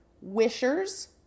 wishers